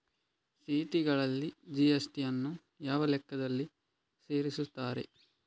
ಚೀಟಿಗಳಲ್ಲಿ ಜಿ.ಎಸ್.ಟಿ ಯನ್ನು ಯಾವ ಲೆಕ್ಕದಲ್ಲಿ ಸೇರಿಸುತ್ತಾರೆ?